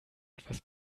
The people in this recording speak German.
etwas